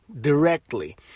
directly